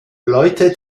leute